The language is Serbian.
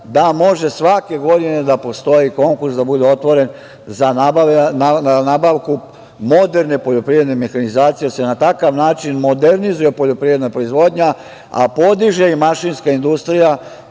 da može svake godine da postoji konkurs, da bude otvoren za nabavku moderne poljoprivredne mehanizacije, jer se na takav način modernizuje poljoprivredna proizvodnja, a podiže i mašinska industrija